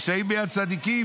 רשעים ביד צדיקים,